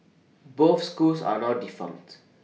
both schools are now defunct